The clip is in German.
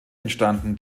entstanden